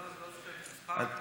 אני לא זוכר את המספר.